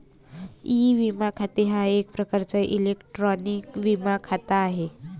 E विमा खाते हा एक प्रकारचा इलेक्ट्रॉनिक विमा खाते आहे